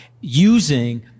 using